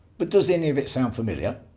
but does any of it sound familiar?